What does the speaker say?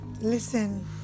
listen